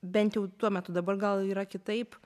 bent jau tuo metu dabar gal yra kitaip